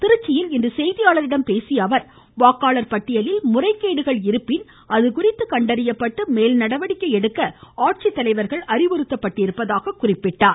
திருச்சியில் இன்று செய்தியாளர்களிடம் பேசிய அவர் வாக்காளர் பட்டியலில் முறைகேடுகள் இருப்பின் அது குறித்து கண்டறியப்பட்டு மேல் நடவடிக்கை எடுக்க ஆட்சித்தலைவர்கள் அறிவுறுத்தப்பட்டிருப்பதாக குறிப்பிட்டார்